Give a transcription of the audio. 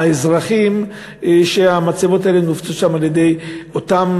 האזרחים, שהמצבות האלה מנותצות שם על-ידי אותם